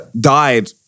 died